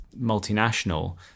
multinational